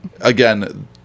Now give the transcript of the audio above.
again